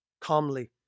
Calmly